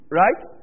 right